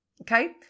Okay